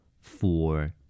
four